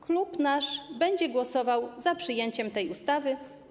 Klub nasz będzie głosował za przyjęciem tej ustawy.